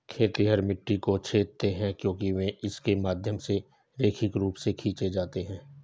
खेतिहर मिट्टी को छेदते हैं क्योंकि वे इसके माध्यम से रैखिक रूप से खींचे जाते हैं